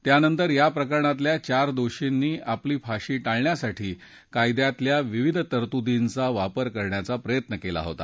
त्यानंतर या प्रकरणातल्या चार दोषींनी आपली फाशी टाळण्यासाठी कायद्यातल्या विविध तरतुदींचा वापर करायचा प्रयत्न केला होता